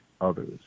others